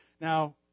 now